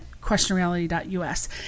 questionreality.us